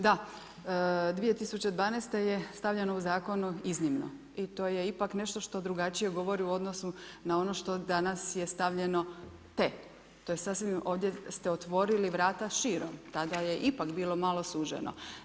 Da, 2012. je stavljeno u Zakon „iznimno“ i to je ipak nešto što drugačije govori u odnosu na ono što danas je stavljeno „te“, to je sasvim, ovdje ste otvorili vrata širom, tada je ipak bilo malo suženo.